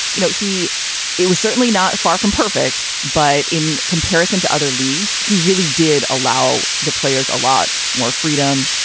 you know, he it was certainly not far from perfect. but in comparison to other leagues, he really did allow the players a lot more freedom.